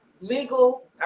legal